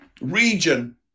region